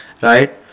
right